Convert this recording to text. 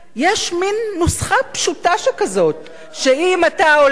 יש מין נוסחה פשוטה שכזאת שאם אתה הולך על מתווה,